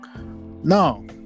No